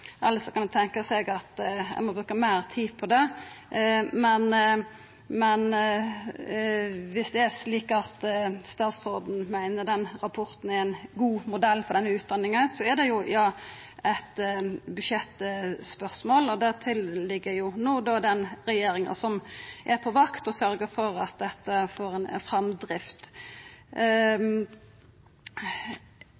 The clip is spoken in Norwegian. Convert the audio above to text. kan ein tenkja seg at ein må bruka meir tid på det. Men viss det er slik at statsråden meiner rapporten er ein god modell for denne utdanninga, er det eit budsjettspørsmål, og det ligg til den regjeringa som no er på vakt, å sørgja for at dette får ei framdrift.